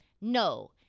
No